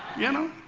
you know,